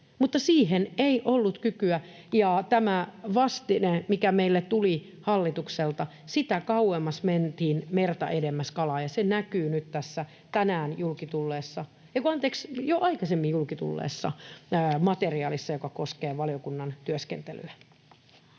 Mutta siihen ei ollut kykyä, ja tässä vastineessa, mikä meille tuli hallitukselta, sitä kauemmas mentiin merta edemmäs kalaan, ja se näkyy nyt tässä tänään julkitulleessa — ei kun anteeksi, jo aikaisemmin julkitulleessa — materiaalissa, joka koskee valiokunnan työskentelyä.